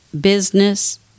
business